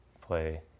play